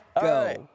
go